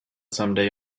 someday